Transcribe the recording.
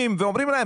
ואומרים להם,